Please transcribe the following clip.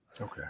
Okay